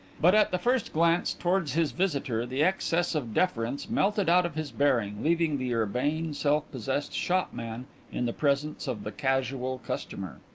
but at the first glance towards his visitor the excess of deference melted out of his bearing, leaving the urbane, self-possessed shopman in the presence of the casual customer.